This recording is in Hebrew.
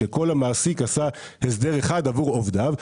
שכל מעסיק עשה הסדר אחד עבור עובדיו,